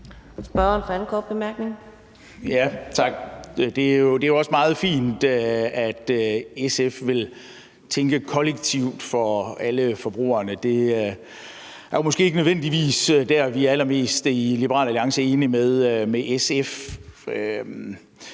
Det er også meget fint, at SF vil tænke kollektivt for alle forbrugerne. Det er måske ikke nødvendigvis der, hvor vi i Liberal Alliance er allermest